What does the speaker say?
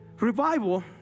Revival